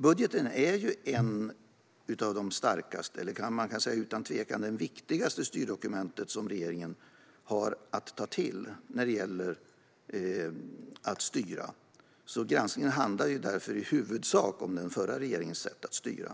Budgeten är utan tvekan det viktigaste styrdokument som regeringen har att ta till när det gäller att styra. Granskningen handlar därför i huvudsak om den förra regeringens sätt att styra.